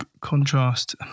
contrast